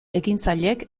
ekintzailek